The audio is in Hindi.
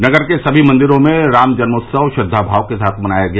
नगर के सभी मंदिरों में रामजन्मोत्सव श्रद्दा भाव के साथ मनाया गया